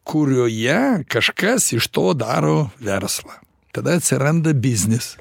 kurioje kažkas iš to daro verslą tada atsiranda biznis